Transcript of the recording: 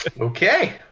Okay